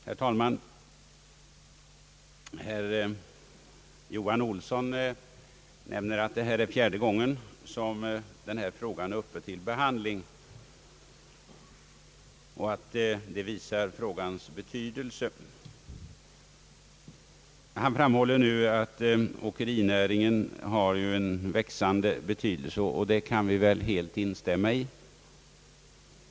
Herr talman! Herr Johan Olsson nämner att det nu är fjärde gången som denna fråga är uppe till behandling och att detta visar frågans betydelse. Han framhåller, att åkerinäringen har en växande betydelse — det kan vi väl helt instämma i.